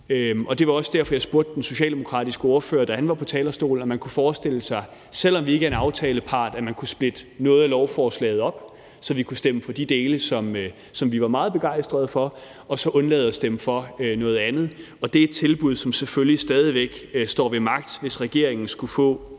Det var også derfor, jeg spurgte den socialdemokratiske ordfører, da han var på talerstolen, om man kunne forestille sig, selv om vi ikke er en aftalepart, at man kunne splitte lovforslaget op, så vi kunne stemme for de dele, som vi var meget begejstrede for, og så undlade at stemme for noget andet. Og det er et tilbud, som selvfølgelig stadig væk står ved magt, hvis regeringen skulle få